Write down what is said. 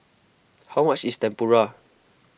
how much is Tempura